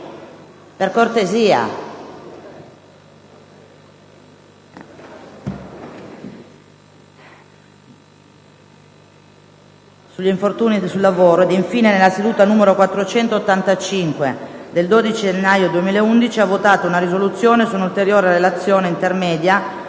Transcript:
d'inchiesta sugli infortuni sul lavoro; e infine, nella seduta n. 485 del 12 gennaio 2011, ha votato una risoluzione su un'ulteriore relazione intermedia